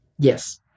Yes